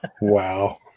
Wow